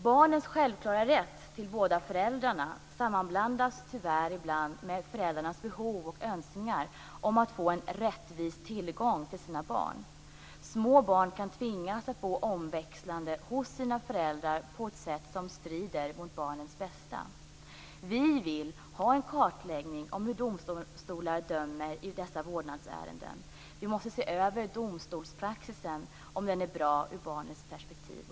Barnens självklara rätt till båda föräldrarna sammanblandas tyvärr ibland med föräldrarnas behov och önskningar om en rättvis tillgång till sina barn. Små barn kan tvingas att bo växelvis hos båda sina föräldrar på ett sätt som strider mot barnens bästa. Vi vill ha en kartläggning av hur domstolar dömer i dessa vårdnadsärenden. Vi måste se över om domstolspraxisen är bra ur barnens perspektiv.